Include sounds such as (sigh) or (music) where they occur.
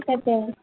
(unintelligible)